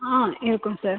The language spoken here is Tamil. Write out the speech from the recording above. ஆ இருக்கும் சார்